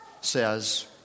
says